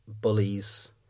bullies